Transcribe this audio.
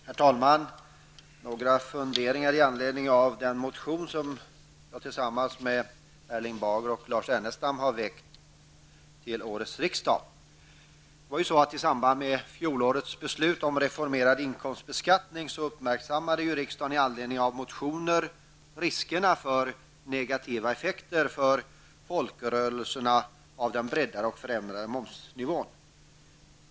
Herr talman! Jag skall ta upp några funderingar med anledning av den motion som jag tillsammans med Erling Bager och Lars Ernestam har väckt till årets riksdag. I samband med fjolårets beslut om reformerad inkomstbeskattning uppmärksammade riksdagen med anledning av motioner riskerna för negativa effekter för folkrörelserna av den breddade och förändrade momsnivån.